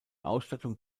ausstattung